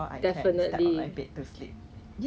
for one every household 都有一个